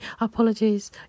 Apologies